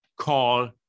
call